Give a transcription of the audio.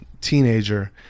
teenager